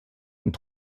und